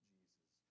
Jesus